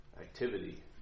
activity